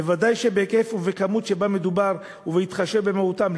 בוודאי שבהיקף ובכמות שבהן מדובר ובהתחשב במהותם,